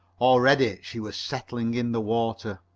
already she was settling in the water.